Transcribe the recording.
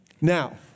Now